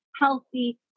healthy